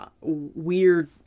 weird